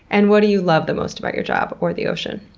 and what do you love the most about your job or the ocean?